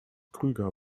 krüger